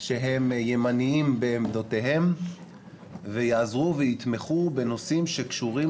שהם ימניים בעמדותיהם ויעזרו ויתמכו בנושאים שקשורים